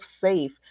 safe